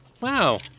Wow